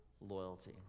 loyalty